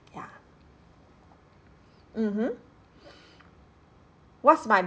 ya mmhmm what's my